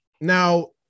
Now